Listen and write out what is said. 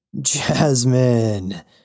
Jasmine